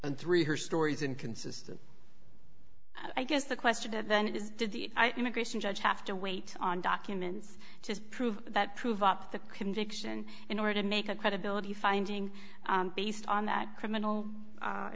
and three her story is inconsistent i guess the question then is did the immigration judge have to wait on documents to prove that prove up the conviction in order to make a credibility finding based on that criminal